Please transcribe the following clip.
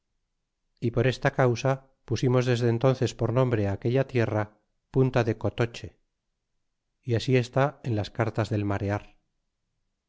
y por esta causa pusimos desde entonces por nombre aquella tierra punta de cotoche y así est en las cartas del marear